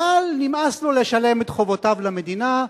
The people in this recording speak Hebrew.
אבל נמאס לו לשלם את חובותיו למדינה,